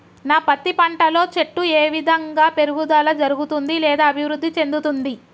నా పత్తి పంట లో చెట్టు ఏ విధంగా పెరుగుదల జరుగుతుంది లేదా అభివృద్ధి చెందుతుంది?